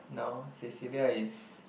no Cecilia is